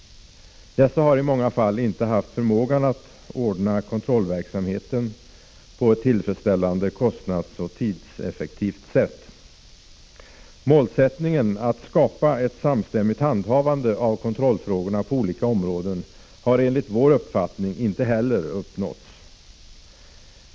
De har i många fall inte haft förmåga att effektivt ordna kontrollverksamheten på ett tillfredsställande sätt i kostnadsoch tidshänseende. Enligt vår uppfattning har inte heller målet — att skapa ett samstämmigt handhavande av kontrollfrågorna på olika områden — uppnåtts.